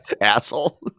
Asshole